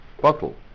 bottle